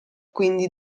quindi